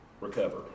recover